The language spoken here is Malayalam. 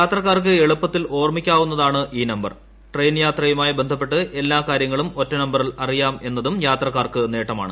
യാത്രക്കാർക്ക് എളുപ്പത്തിൽ ഓർമ്മിക്കാവുന്നതാണ് ഈ നമ്പർ ട്രെയിൻയാത്രയുമായി ബന്ധപ്പെട്ട് എല്ലാ കാര്യങ്ങളും ഒറ്റ നമ്പറിൽ അറിയാം എന്നതും യാത്രക്കാർക്ക് നേട്ടമാണ്